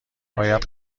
باید